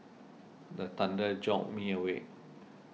the thunder jolt me awake